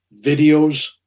videos